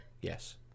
yes